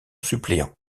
suppléant